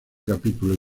capítulos